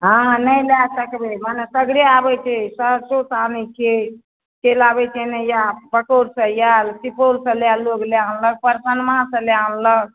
हँ नहि लए सकबै भने सगरेसँ आबैत छै सहरसोसँ आनैत छियै बकौरसँ आयल सुपौलसँ लोक लए आनलक परसरमासँ लोक लए आनलक